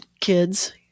kids